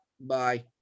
Bye